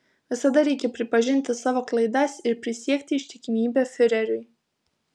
visada reikia pripažinti savo klaidas ir prisiekti ištikimybę fiureriui